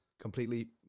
Completely